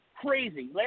Crazy